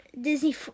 Disney